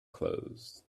clothes